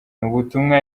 ubutumwa